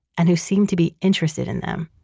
and who seemed to be interested in them.